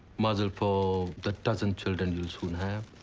mazel for the dozen children you'll soon have.